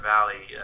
Valley